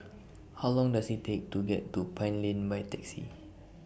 How Long Does IT Take to get to Pine Lane By Taxi